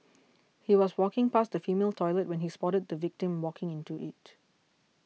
he was walking past the female toilet when he spotted the victim walking into it